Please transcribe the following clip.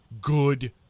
good